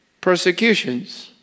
Persecutions